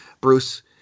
Bruce